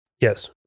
yes